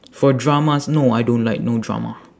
for dramas no I don't like no drama